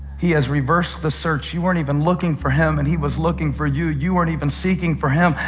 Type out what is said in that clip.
he has reversed the search. you weren't even looking for him, and he was looking for you. you weren't even seeking for him,